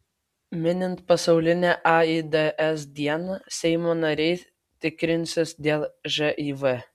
minint pasaulinę aids dieną seimo nariai tikrinsis dėl živ